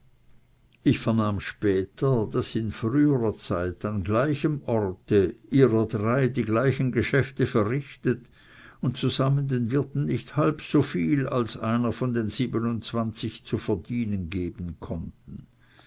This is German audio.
ich vernahm später daß in früherer zeit an gleichem orte ihrer drei die gleichen geschäfte verrichtet und zusammen den wirten nicht halb so viel als einer von den siebenundzwanzig zu verdienen geben konnten